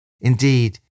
Indeed